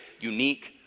unique